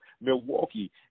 Milwaukee